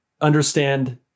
understand